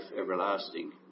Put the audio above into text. everlasting